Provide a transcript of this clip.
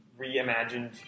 reimagined